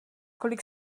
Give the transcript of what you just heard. kolik